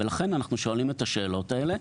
לכן אנחנו שואלים את השאלות האלה,